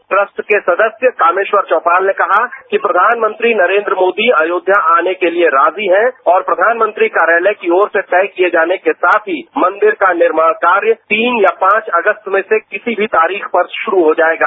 trust के सदस्य कामेश्वर चौपाल ने कहा कि प्रधानमंत्रीनरेन्द्र मोदी अयोध्या आने के लिए राजी हैं और प्रधानमंत्रीकार्यालय की और से तय किये जाने के साथ ही मंदिर का निर्माण कार्य तीन या पांच अगस्तमें से किसी भी तारीख पर शुरू हो जायेगा